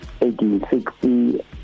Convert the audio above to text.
1860